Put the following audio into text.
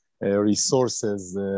resources